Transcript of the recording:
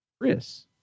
Chris